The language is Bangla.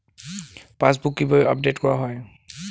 পাশবুক কিভাবে আপডেট করা হয়?